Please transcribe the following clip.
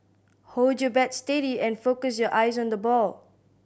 hold your bat steady and focus your eyes on the ball